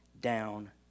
down